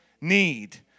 need